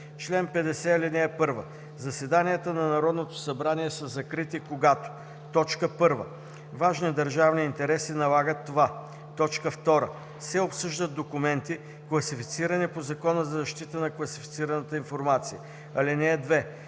„Чл. 50. (1) Заседанията на Народното събрание са закрити, когато: 1. важни държавни интереси налагат това; 2. се обсъждат документи, класифицирани по Закона за защита на класифицираната информация. (2)